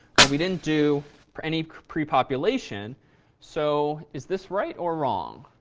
what we didn't do for any repopulation so is this right or wrong?